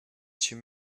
too